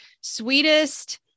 sweetest